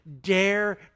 dare